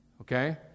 Okay